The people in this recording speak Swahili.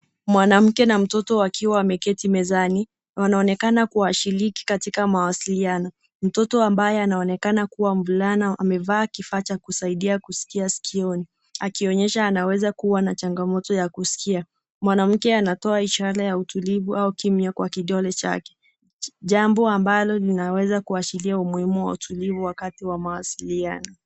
Mwanamke na mtoto wakiwa wameketi mezani, wanaonekana kuwa washiriki katika mawasiliano. Mtoto ambaye anayeonekana kuwa mvulana amevaa kifaa cha kusaidia kuskia skioni, akionyesha anaweza kuwa na changamoto ya kuskia. Mwanamke anatoa ishara ya utulivu au kimya kwa kidole chake .Jambo ambalo linaweza kuashiria umuhimu wa utulivu wakati wa mawasiliano.